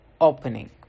opening